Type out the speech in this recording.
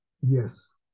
Yes